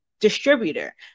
distributor